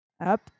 Up